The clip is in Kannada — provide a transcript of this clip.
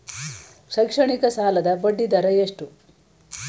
ಶೈಕ್ಷಣಿಕ ಸಾಲದ ಬಡ್ಡಿ ದರ ಎಷ್ಟು?